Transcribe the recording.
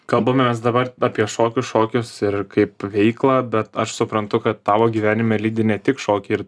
kalbamės dabar apie šokius šokius ir kaip veiklą bet aš suprantu kad tavo gyvenime lydi ne tik šokiai ir